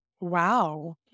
Wow